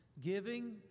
Giving